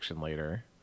later